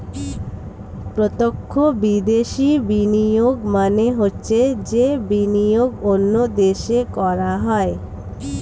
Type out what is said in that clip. প্রত্যক্ষ বিদেশি বিনিয়োগ মানে হচ্ছে যে বিনিয়োগ অন্য দেশে করা হয়